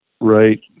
Right